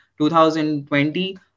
2020